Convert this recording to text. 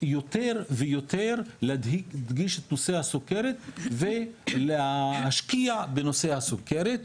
יותר ויותר להדגיש את נושא הסוכרת ולהשקיע בנושא הסוכרת.